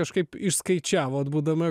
kažkaip išskaičiavot būdama